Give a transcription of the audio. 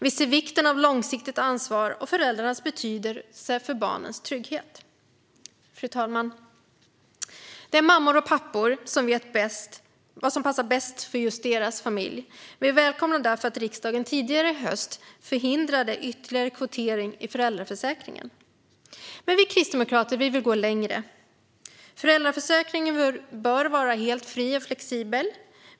Vi ser vikten av långsiktigt ansvar och föräldrarnas betydelse för barnens trygghet. Fru talman! Det är mammor och pappor som vet vad som passar bäst för just deras familj. Vi välkomnade därför att riksdagen tidigare i höst förhindrade ytterligare kvotering i föräldraförsäkringen. Men vi kristdemokrater vill gå längre. Föräldraförsäkringen bör vara helt fri och flexibel.